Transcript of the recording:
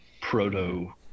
proto